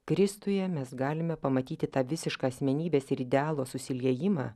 kristuje mes galime pamatyti tą visišką asmenybės ir idealo susiliejimą